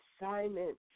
assignment